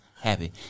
Happy